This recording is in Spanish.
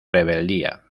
rebeldía